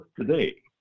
today